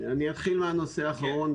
אתחיל מהנושא האחרון,